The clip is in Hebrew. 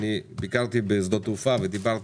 אני ביקרתי בשדות תעופה ודיברתי,